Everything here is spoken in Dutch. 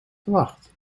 verwacht